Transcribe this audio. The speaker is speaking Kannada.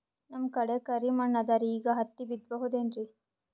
ನಮ್ ಕಡೆ ಕರಿ ಮಣ್ಣು ಅದರಿ, ಈಗ ಹತ್ತಿ ಬಿತ್ತಬಹುದು ಏನ್ರೀ?